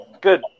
Good